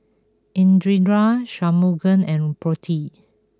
Indira Shunmugam and Potti